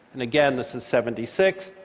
and again, this is seventy six.